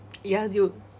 ya dude